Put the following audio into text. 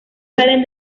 salen